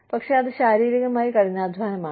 പക്ഷേ അത് ശാരീരികമായ കഠിനാധ്വാനമാണ്